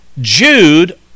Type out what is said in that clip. Jude